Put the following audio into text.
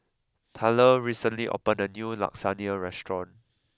Tylor recently opened a new Lasagna restaurant